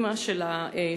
אימא של שי,